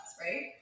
right